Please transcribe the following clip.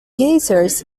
geysers